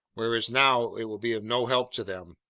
whereas now it will be of no help to them!